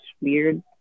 weird